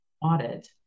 audit